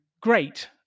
great